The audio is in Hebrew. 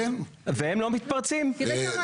כריתה,